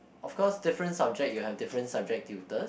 of course different subject you have different subject tutors